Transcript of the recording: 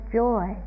joy